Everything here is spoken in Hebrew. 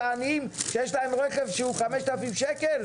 לעניים שיש להם רכב שהוא 5,000 שקל.